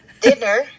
dinner